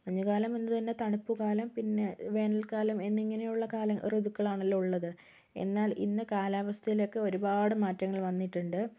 മഞ്ഞുകാലം എന്നത് തന്നെ തണുപ്പ്ക്കാലം പിന്നെ വേനൽ കാലം എന്നിങ്ങനെയുള്ള കാലം ഋതുക്കളാണല്ലോ ഉള്ളത് എന്നാൽ ഇന്ന് കാലാവസ്ഥയിലേക്ക് ഒരുപാട് മാറ്റങ്ങള് വന്നിട്ടുണ്ട്